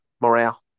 morale